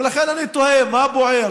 ולכן אני תוהה מה בוער.